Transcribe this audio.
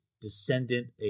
descendant